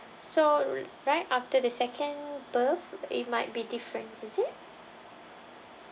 so r~ right after the second birth it might be different is it